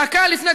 דקה לפני,